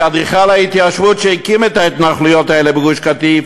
כאדריכל ההתיישבות שהקים את ההתנחלויות האלה בגוש-קטיף,